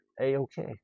A-okay